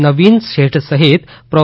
નવીન શેઠ સહિત પ્રો